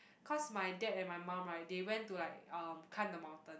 cause my dad and my mum right they went to like um climb the mountain